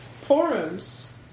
forums